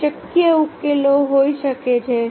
પછી શક્ય ઉકેલો હોઈ શકે છે